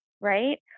right